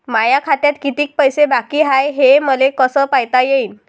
माया खात्यात कितीक पैसे बाकी हाय हे मले कस पायता येईन?